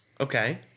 Okay